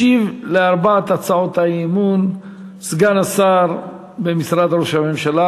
ישיב על ארבע הצעות האי-אמון סגן השר במשרד ראש הממשלה,